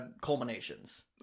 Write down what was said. culminations